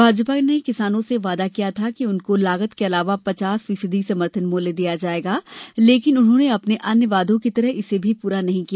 भाजपा ने किसानो से वादा किया था कि उनको लागत के अलावा पचास फीसदी समर्थन मूल्य दिया जायेगा लेकिन उन्होंने अपने अन्य वादों की तरह इसे भी पूरा नही किया